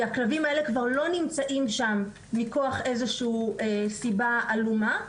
הכלבים האלה כבר לא נמצאים שם מכוח איזושהי סיבה עלומה,